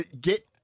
get